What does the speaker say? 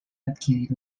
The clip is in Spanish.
adquirir